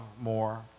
more